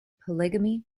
polygamy